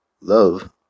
love